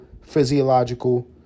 physiological